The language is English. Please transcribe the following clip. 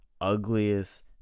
ugliest